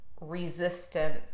resistant